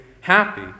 happy